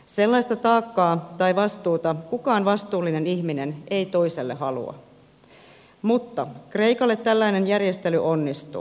sellaista taakkaa tai vastuuta kukaan vastuullinen ihminen ei toiselle halua mutta kreikalle tällainen järjestely onnistuu